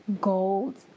gold